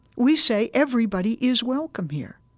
we say everybody is welcome here.